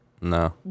No